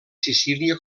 sicília